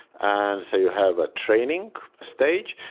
and so you have a training stage.